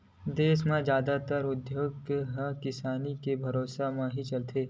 देस के जादातर उद्योग ह किसानी के भरोसा ही चलत हे